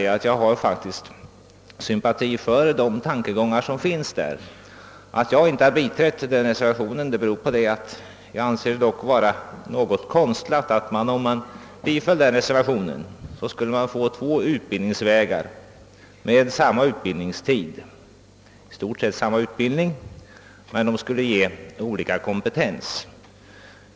Att jag inte har biträtt reservationen beror på att jag anser att resultatet skulle bli något konstlat; man skulle få två utbildningsvägar med samma utbildningstid och i stort sett samma utbildning som emellertid skulle ge olika kompetens.